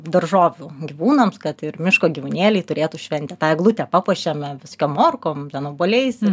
daržovių gyvūnams kad ir miško gyvūnėliai turėtų šventę tą eglutę papuošiame visokiom morkom ten obuoliais